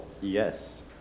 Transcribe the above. Yes